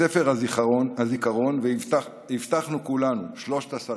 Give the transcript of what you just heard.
בספר הזיכרון, והבטחנו כולנו, שלושת השרים,